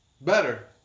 better